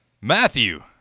Matthew